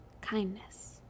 Kindness